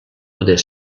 poder